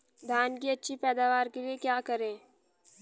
धान की अच्छी पैदावार के लिए क्या करें?